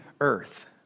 earth